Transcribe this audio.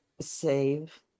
Save